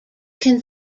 can